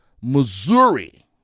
Missouri